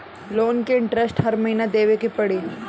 Loan के interest हर महीना देवे के पड़ी?